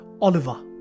Oliver